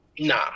Nah